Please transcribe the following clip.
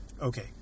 Okay